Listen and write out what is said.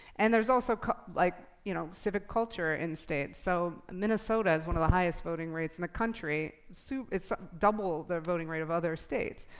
and there's also like you know civic culture in states. so minnesota has one of the highest voting rates in the country. so it's double the voting rate of other states.